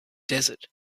desert